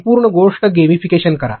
संपूर्ण गोष्ट गेमिफिकेशन करा